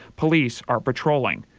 police are patrolling.